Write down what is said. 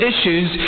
issues